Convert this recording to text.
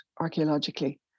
archaeologically